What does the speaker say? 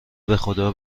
بخدا